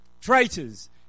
traitors